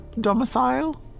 domicile